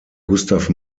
gustav